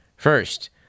First